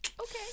Okay